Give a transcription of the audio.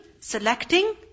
selecting